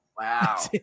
Wow